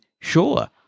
sure